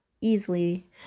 easily